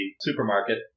supermarket